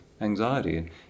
anxiety